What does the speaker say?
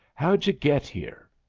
how'd you get here?